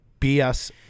BS